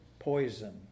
Poison